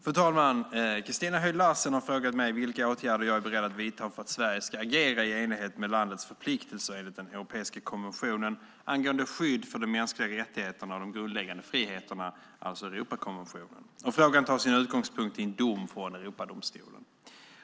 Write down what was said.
Fru talman! Christina Höj Larsen har frågat mig vilka åtgärder jag är beredd att vidta för att Sverige ska agera i enlighet med landets förpliktelser enligt den europeiska konventionen angående skydd för de mänskliga rättigheterna och de grundläggande friheterna, alltså Europakonventionen. Frågan tar sin utgångspunkt i en dom från Europadomstolen.